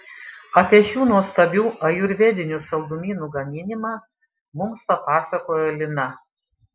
apie šių nuostabių ajurvedinių saldumynų gaminimą mums papasakojo lina